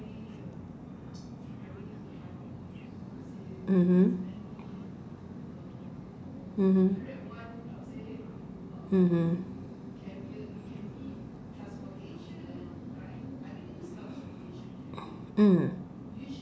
mmhmm mmhmm mmhmm mm